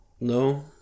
No